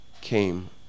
came